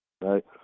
Right